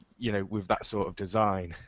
you know, with that sort of design.